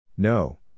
No